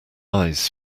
eyes